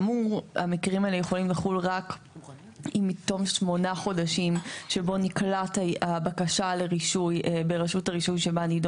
אבל אנחנו הבאנו אותו בקובץ נפרד כדי להקל על חברי הכנסת,